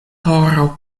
horo